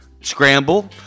Scramble